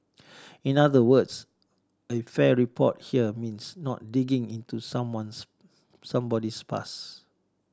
in other words a fair report here means not digging into someone's somebody's past